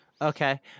Okay